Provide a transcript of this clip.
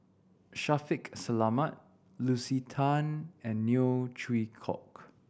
Shaffiq Selamat Lucy Tan and Neo Chwee Kok